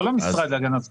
לא למשרד להגנת הסביבה.